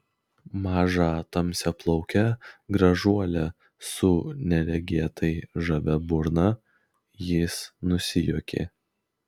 mažą tamsiaplaukę gražuolę su neregėtai žavia burna jis nusijuokė